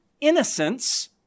innocence